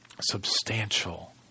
substantial